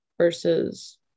versus